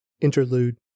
Interlude